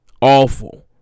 Awful